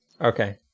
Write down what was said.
Okay